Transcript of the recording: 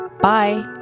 Bye